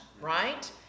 right